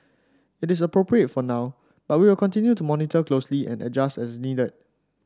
it is appropriate for now but we will continue to monitor closely and adjust as needed